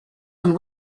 and